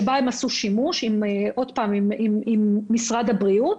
ביחד עם משרד הבריאות.